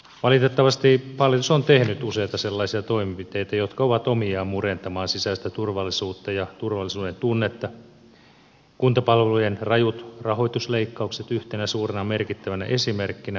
valitettavasti hallitus on tehnyt useita sellaisia toimenpiteitä jotka ovat omiaan murentamaan sisäistä turvallisuutta ja turvallisuudentunnetta kuntapalvelujen rajut rahoitusleikkaukset yhtenä suurena merkittävänä esimerkkinä